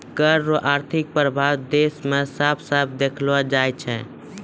कर रो आर्थिक प्रभाब देस मे साफ साफ देखलो जाय छै